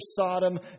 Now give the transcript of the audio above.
Sodom